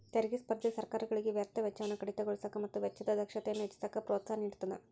ತೆರಿಗೆ ಸ್ಪರ್ಧೆ ಸರ್ಕಾರಗಳಿಗೆ ವ್ಯರ್ಥ ವೆಚ್ಚವನ್ನ ಕಡಿತಗೊಳಿಸಕ ಮತ್ತ ವೆಚ್ಚದ ದಕ್ಷತೆಯನ್ನ ಹೆಚ್ಚಿಸಕ ಪ್ರೋತ್ಸಾಹ ನೇಡತದ